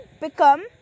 become